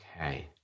Okay